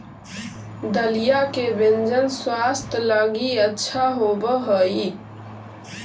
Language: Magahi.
दलिया के व्यंजन स्वास्थ्य लगी अच्छा होवऽ हई